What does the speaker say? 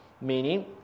Meaning